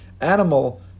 Animal